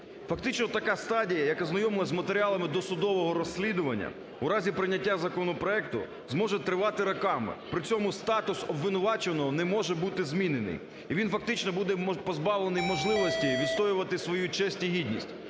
Фактично така стадія, як ознайомлення з матеріалами досудового розслідування, у разі прийняття законопроекту зможе тривати роками, при цьому статус обвинувачуваного не може бути змінений, і він фактично буде позбавлений можливості відстоювати свою честь і гідність.